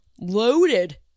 Loaded